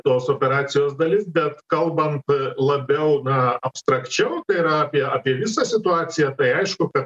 tos operacijos dalis bet kalbant labiau na abstrakčiau tai yra apie apie visą situaciją tai aišku kad